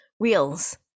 Reels